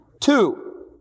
Two